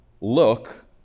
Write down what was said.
look